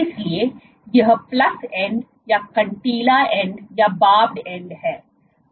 इसलिए यह plus end या कंटीला एंड है